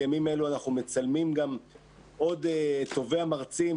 בימים אלו אנחנו מצלמים את טובי המרצים